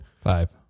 Five